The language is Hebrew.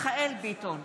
מיכאל מרדכי ביטון,